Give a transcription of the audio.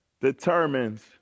determines